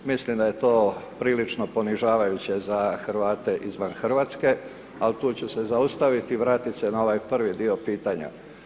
Mislim da je to prilično ponižavajuće za Hrvate izvan Hrvatske ali tu ću se zaustaviti i vratiti se na ovaj prvi dio pitanja.